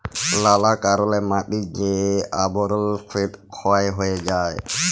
লালা কারলে মাটির যে আবরল সেট ক্ষয় হঁয়ে যায়